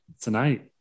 tonight